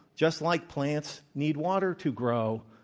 just like plants need water to grow.